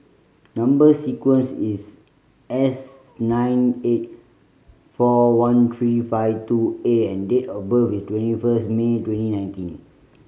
number sequence is S nine eight four one three five two A and date of birth is twenty first May twenty nineteen